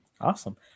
Awesome